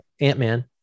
ant-man